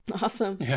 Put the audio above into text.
Awesome